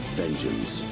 vengeance